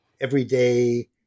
everyday